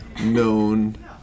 known